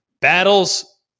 battles